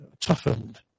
toughened